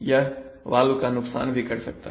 यह वाल्व का नुकसान भी कर सकता है